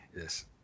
yes